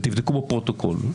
ותבדקו בפרוטוקול,